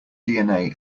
dna